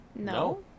No